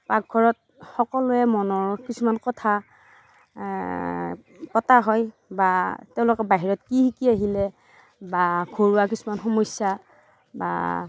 পাকঘৰত সকলোৱে মনৰ কিছুমান কথা পতা হয় বা তেওঁলোকে বাহিৰত কি শিকি আহিলে বা ঘৰুৱা কিছুমান সমস্যা বা